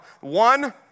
one